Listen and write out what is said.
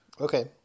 Okay